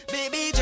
Baby